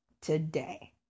today